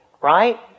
right